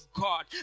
God